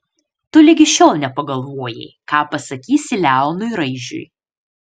tu ligi šiol nepagalvojai ką pasakysi leonui raižiui